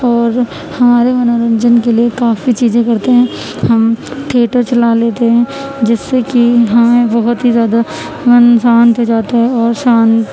اور ہمارے منورنجن کے لیے کافی چیزیں کرتے ہیں ہم تھیٹر چلا لیتے ہیں جس سے کہ ہمیں بہت ہی زیادہ من شانت ہو جاتا ہے اور شانت